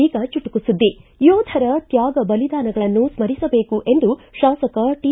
ಈಗ ಚುಟುಕು ಸುದ್ಗಿಗಳು ಯೋಧರ ತ್ವಾಗ ಬಲಿದಾನಗಳನ್ನು ಸ್ಲರಿಸಬೇಕು ಎಂದು ಶಾಸಕ ಟಿ